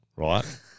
Right